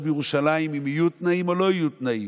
בירושלים אם יהיו תנאים או לא יהיו תנאים,